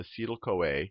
acetyl-CoA